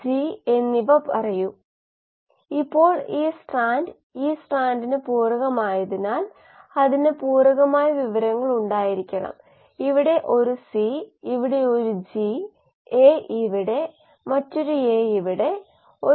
അതിനാൽ ഇതിനെ stoichiometric matrix 𝑺̃ stoichiometric matrix rate വെക്ടറുമായി ഗുണിക്കുന്നു അല്ലെങ്കിൽ റേറ്റ് മാട്രിക്സ് r എന്ന് വിളിക്കുന്ന സ്റ്റേറ്റ് വേരിയബിളിന്റെ d d t ആണ് സ്റ്റേറ്റ് വേരിയബിൾ മാട്രിക്സ്